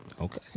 Okay